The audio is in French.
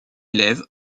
élève